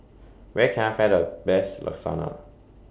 Where Can I Find Best Lasagna